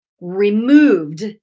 removed